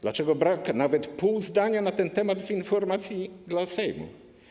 Dlaczego brak nawet pół zdania na ten temat w informacji dla Sejmu?